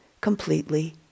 completely